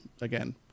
again